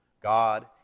God